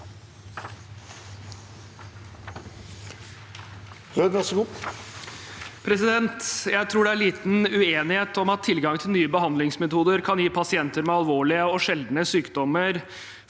Jeg tror det er liten uenighet om at tilgang til nye behandlingsmetoder kan gi pasienter med alvorlige og sjeldne sykdommer